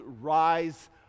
rise